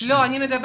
כל אתר